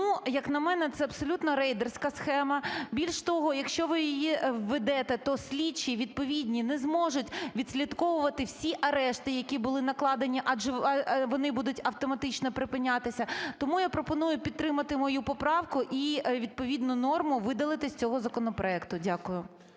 як на мене, це абсолютно рейдерська схема, більше того, якщо ви її введете, то слідчі відповідні не зможуть відслідковувати всі арешти, які були накладені, адже вони будуть автоматично припинятися. Тому я пропоную підтримати мою поправку і відповідну норму видалити з цього законопроекту. Дякую